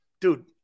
dude